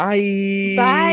Bye